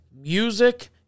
music